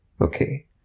okay